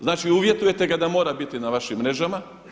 Znači uvjetujete ga da mora biti na vašim mrežama.